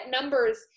numbers